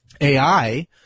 AI